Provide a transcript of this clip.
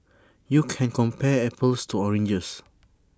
you can compare apples to oranges